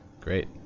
Great